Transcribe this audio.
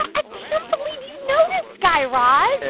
i can't believe you noticed, guy raz.